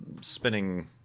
spinning